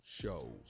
shows